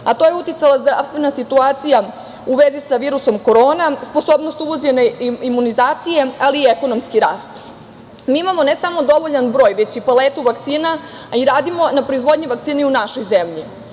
na to je uticala zdravstvena situacija u vezi sa virusom korona, sposobnost uvođenja imunizacije, ali i ekonomski rast. Mi imamo ne samo dovoljan broj, već i paletu vakcina, a i radimo na proizvodnja vakcina i u našoj zemlji. Pored